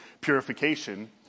purification